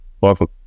welcome